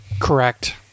Correct